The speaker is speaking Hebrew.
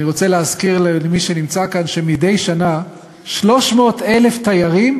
אני רוצה להזכיר למי שנמצא כאן שמדי שנה 300,000 תיירים,